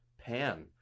pan